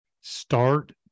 Start